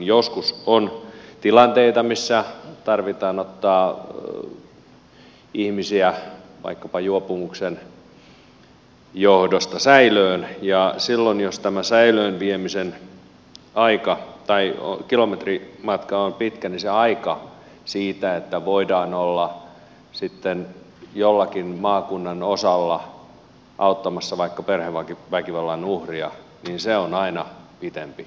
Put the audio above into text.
joskus on tilanteita missä tarvitsee ottaa ihmisiä vaikkapa juopumuksen johdosta säilöön ja silloin jos tämä säilöön viemisen kilometrimatka on pitkä niin se aika siitä että voidaan olla sitten jollakin maakunnan osalla auttamassa vaikka perheväkivallan uhria on aina pitempi